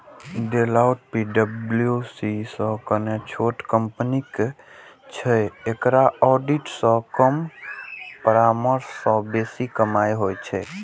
Deloitte पी.डब्ल्यू.सी सं कने छोट कंपनी छै, एकरा ऑडिट सं कम परामर्श सं बेसी कमाइ होइ छै